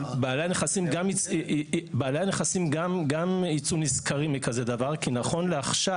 בעלי הנכסים גם יצאו נשכרים מכזה דבר כי נכון לעכשיו,